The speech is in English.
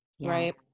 Right